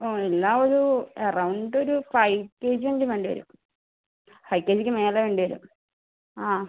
ഓ എല്ലാം ഒരു എറൗണ്ട് ഒരു ഫൈവ് കെ ജി എങ്കിലും വേണ്ടി വരും ഫൈവ് കെ ജിക്ക് മേലെ വേണ്ടി വരും ആ